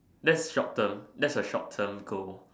that's short term that's a short term goal